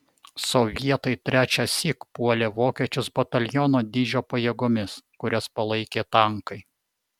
sovietai trečiąsyk puolė vokiečius bataliono dydžio pajėgomis kurias palaikė tankai